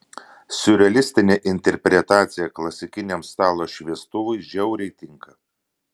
siurrealistinė interpretacija klasikiniam stalo šviestuvui žiauriai tinka